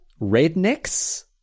Rednecks